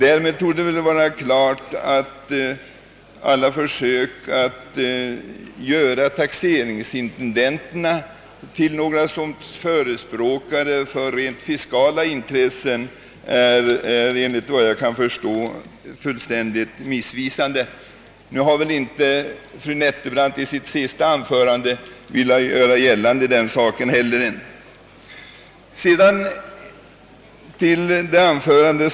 Därmed torde väl, såvitt jag kan förstå, vara klart, att alla försök att göra taxeringsintendenterna till några sorts förespråkare för några fiskala intressen är fullständigt missvisande. Det har väl inte heller fru Nettelbrandt velat göra i sitt anförande.